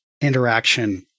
interaction